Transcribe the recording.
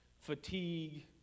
fatigue